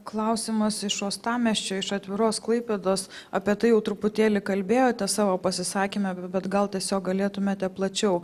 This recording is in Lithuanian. klausimas iš uostamiesčio iš atviros klaipėdos apie tai jau truputėlį kalbėjote savo pasisakyme bet gal tiesiog galėtumėte plačiau